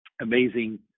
amazing